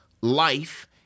life